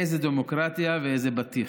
איזה דמוקרטיה ואיזה בטיח.